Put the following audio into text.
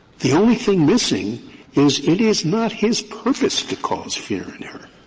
the only thing missing is it is not his purpose to cause fear in her.